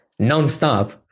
nonstop